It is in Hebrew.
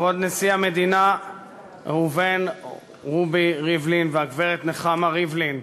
כבוד נשיא המדינה ראובן רובי ריבלין והגברת נחמה ריבלין,